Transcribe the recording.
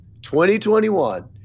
2021